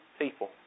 people